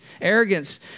Arrogance